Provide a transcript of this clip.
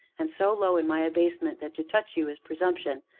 and so low in my abasement that to touch you is presumption,